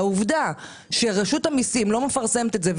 והעובדה שרשות המסים לא מפרסמת את זה,